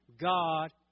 God